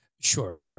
Sure